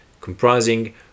comprising